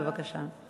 בבקשה.